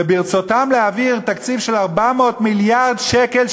וברצותם להעביר תקציב של 400 מיליארד שקל,